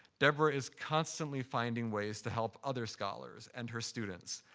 deborah is constantly finding ways to help other scholars and her students.